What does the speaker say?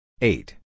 Eight